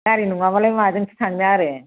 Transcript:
गारि नङाबालाय माजोंथो थांनो आरो